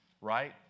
right